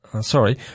sorry